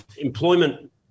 employment